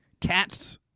Cats